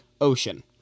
Ocean